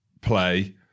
play